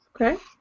Okay